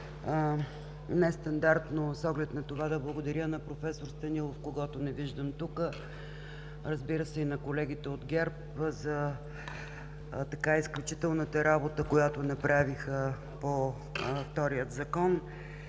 нестандартно, с оглед на това да благодаря на проф. Станилов, когото не виждам тук, разбира се, и на колегите от ГЕРБ за изключителната работа, която направиха по втория Закон.